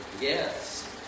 yes